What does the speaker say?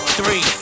three